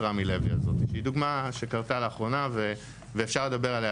רמי לוי היא דוגמה שקרתה לאחרונה ואפשר לדבר עליה